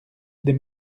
des